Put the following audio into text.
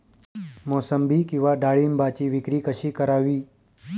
मोसंबी किंवा डाळिंबाची विक्री कशी करावी?